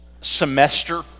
semester